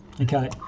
Okay